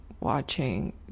watching